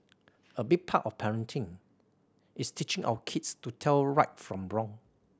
a big part of parenting is teaching our kids to tell right from wrong